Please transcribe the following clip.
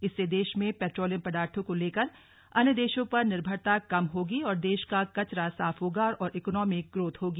इससे देश में पेट्रोलियम पदार्थों को लेकर अन्य देशों पर निर्भरता कम होगी और देश का कचरा साफ होगा और इकोनॉमिक ग्रोथ होगी